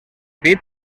pit